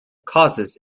causes